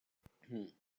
three